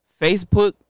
Facebook